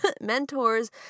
Mentors